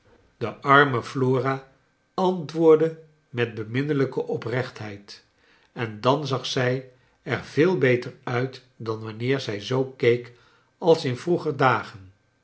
de arme flora antwoordde met beminnelijke oprechtheid en dan zag zij er veel beter uit dan wanneer zij zoo keek als in vroeger dagen